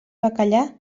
bacallà